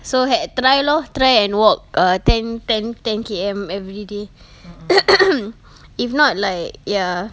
so had try lor try and walk err ten ten ten K_M everyday if not like ya